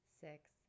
six